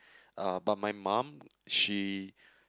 uh but my mum she